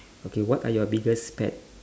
okay what are your biggest pet